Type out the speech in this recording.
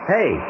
Hey